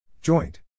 Joint